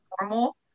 normal